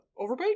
overbite